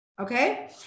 Okay